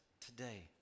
today